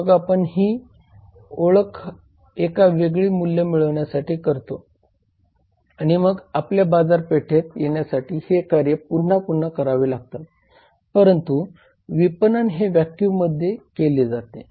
मग आपण ही ओळख एका वेळी मूल्य मिळवण्यासाठी करतो आणि मग आपल्याला बाजारपेठेत येण्यासाठी हे कार्य पुन्हा पुन्हा करावे लागतात परंतु विपणन हे व्हॅक्यूममध्ये केले जाते